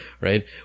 right